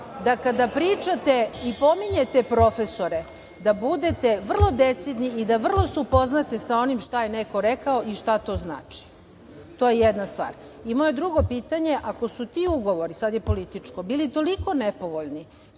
da kada pričate i pominjete profesore da budete vrlo decidni i vrlo se upoznate sa onim šta je neko rekao i šta to znači. To je jedna stvar. Moje drugo pitanje – ako su ti ugovori, sada je političko, bili toliko nepovoljni